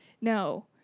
no